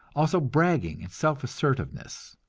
also bragging and self-assertiveness.